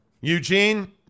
Eugene